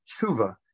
tshuva